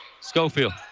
Schofield